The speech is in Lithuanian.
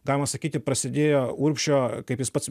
galima sakyti prasidėjo urbšio kaip jis pats